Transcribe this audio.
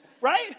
Right